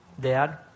Dad